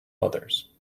others